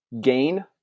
gain